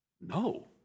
No